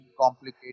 complicated